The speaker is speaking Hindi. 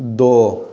दो